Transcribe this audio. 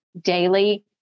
daily